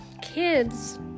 kids